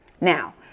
now